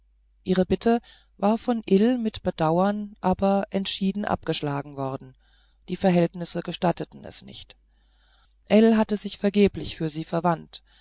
ihre bitte war von ill mit bedauern aber entschieden abgeschlagen worden die verhältnisse gestatteten es nicht ell hatte sich vergeblich für sie